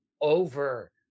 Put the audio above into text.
over